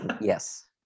Yes